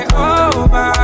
over